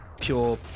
pure